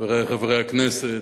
חברי חברי הכנסת,